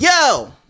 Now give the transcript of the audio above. yo